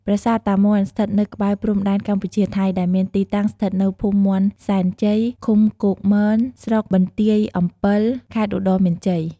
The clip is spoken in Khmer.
ប្រាសាទតាមាន់់ ស្ថិតនៅក្បែរព្រំដែន កម្ពុជា ថៃ ដែលមានទីតាំងស្ថិតនៅភូមិមាន់សែនជ័យ ឃុំគោកមន ស្រុកបន្ទាយអម្ពិល ខេត្តឧត្តរមានជ័យ។